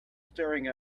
staring